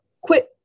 quit